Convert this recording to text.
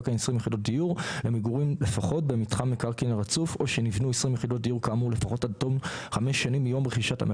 הקרע למגורים אנחנו נותנים פה הטבות משמעותיות,